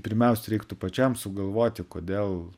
pirmiausia reiktų pačiam sugalvoti kodėl